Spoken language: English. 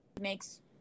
makes